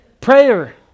Prayer